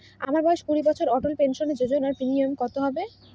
আমার বয়স কুড়ি বছর অটল পেনসন যোজনার প্রিমিয়াম কত হবে?